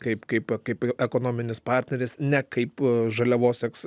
kaip kaip kaip ekonominis partneris ne kaip žaliavos eks